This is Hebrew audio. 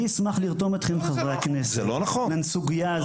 אני אשמח לרתום אתכם, חברי הכנסת, לסוגייה הזו.